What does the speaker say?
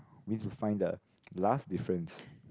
we need to find the last difference